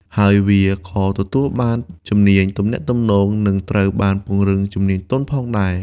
ហើយវាក៏ទទួលបានជំនាញទំនាក់ទំនងនឹងត្រូវបានពង្រឹងជំនាញទន់ផងដែរ។